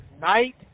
night